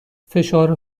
فشار